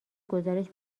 گزارش